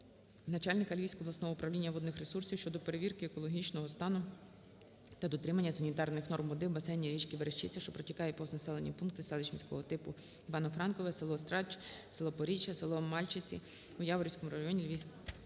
начальника Львівського обласного управління водних ресурсів щодо перевірки екологічного стану та дотримання санітарних норм води в басейні річки Верещиця, що протікає повз населені пункти селищ міського типу Івано-Франкове, село Страдч, село Поріччя, село Мальчиці у Яворівському районі Львівської